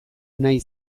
nahi